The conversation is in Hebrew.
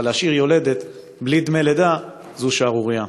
אבל להשאיר יולדת בלי דמי לידה זו שערורייה.